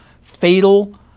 fatal